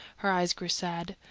her eyes grew sad,